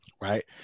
right